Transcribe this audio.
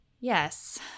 Yes